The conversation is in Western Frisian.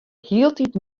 hieltyd